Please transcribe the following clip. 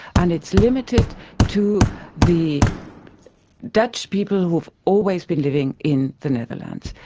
and it's limited to the dutch people who have always been living in the netherlands.